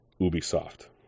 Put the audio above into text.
Ubisoft